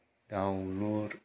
दाउलुर